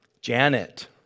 Janet